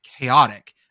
chaotic